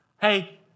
Hey